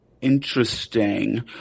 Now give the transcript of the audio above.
interesting